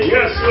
Yes